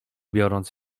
biorąc